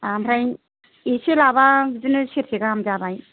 ओमफ्राय एसे लाबा बिदिनो सेरसे गाहाम जाबाय